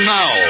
now